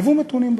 הוו מתונים בדין.